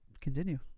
Continue